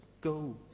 Go